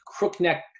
crookneck